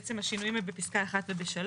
בעצם השינויים הם בפסקה 1 וב-3.